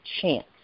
chance